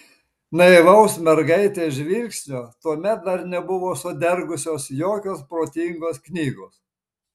naivaus mergaitės žvilgsnio tuomet dar nebuvo sudergusios jokios protingos knygos